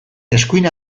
eskuin